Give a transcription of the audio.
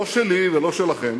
לא שלי ולא שלכם,